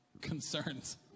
concerns